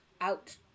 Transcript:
out